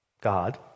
God